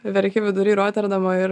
verki vidury roterdamo ir